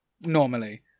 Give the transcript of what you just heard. normally